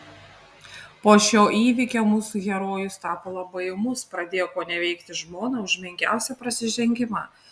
po šio įvykio mūsų herojus tapo labai ūmus pradėjo koneveikti žmoną už menkiausią prasižengimą